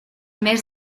mes